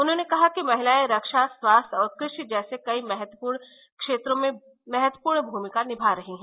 उन्होंने कहा कि महिलाए रक्षा स्वास्थ्य और कृषि जैसे कई क्षेत्रों में महत्वपूर्ण भूमिका निभा रही हैं